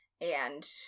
and-